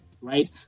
right